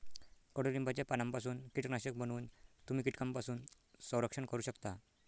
कडुलिंबाच्या पानांपासून कीटकनाशक बनवून तुम्ही कीटकांपासून संरक्षण करू शकता